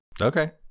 Okay